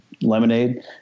lemonade